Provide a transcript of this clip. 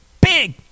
big